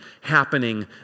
happening